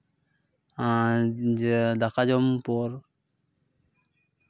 ᱟᱨ ᱡᱮ ᱫᱟᱠᱟ ᱡᱚᱢ ᱯᱚᱨ